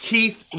Keith